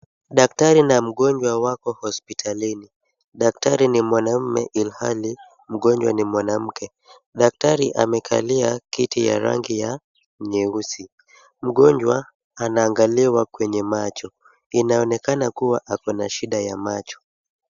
Daktari na mgonjwa wako hospitalini. Daktari ni mwanaume ilhali mgonjwa ni mwanamke. Daktari amekalia kiti ya rangi ya nyeusi. Mgonjwa anaangaliwa kwenye macho. Inaonekana kuwa ako na shida ya macho.